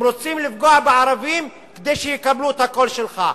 הם רוצים לפגוע בערבים כדי שיקבלו את הקול שלך.